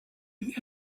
with